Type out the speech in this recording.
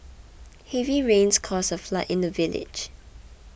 heavy rains caused a flood in the village